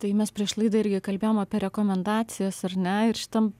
tai mes prieš laidą irgi kalbėjom apie rekomendacijas ar ne ir šitam